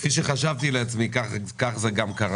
כפי שחשבתי לעצמי כך גם קרה,